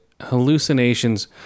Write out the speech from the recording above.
hallucinations